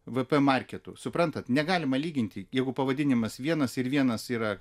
vp marketu suprantat negalima lyginti jeigu pavadinimas vienas ir vienas yra